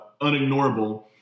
unignorable